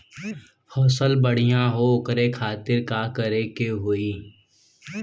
फसल बढ़ियां हो ओकरे खातिर का करे के होई?